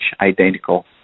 identical